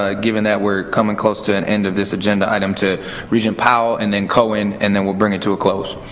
ah given that we're coming close to an end of this agenda item, to regent powell and then cohen. and then we'll bring it to a close.